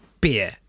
beer